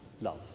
love